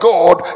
God